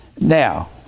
Now